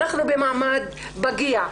אנחנו במעמד פגיע.